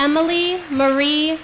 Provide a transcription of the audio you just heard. emily marie